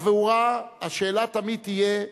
עבורה השאלה תמיד תהיה: